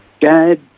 Dad